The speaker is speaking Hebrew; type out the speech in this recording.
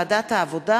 הנני מתכבדת להודיעכם,